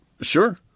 Sure